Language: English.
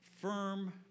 firm